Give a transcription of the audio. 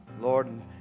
Lord